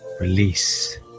release